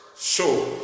show